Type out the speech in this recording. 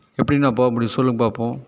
எப்படி நான் போக முடியும் சொல்லுங்கள் பார்ப்போம்